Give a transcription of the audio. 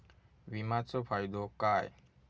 विमाचो फायदो काय?